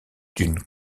d’une